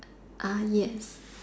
yes